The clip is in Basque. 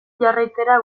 jarraitzera